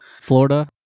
Florida